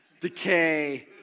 decay